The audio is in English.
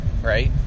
right